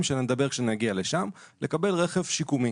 עליהם נדבר כאשר נגיע לשם - והוא צריך רכב שיקומי.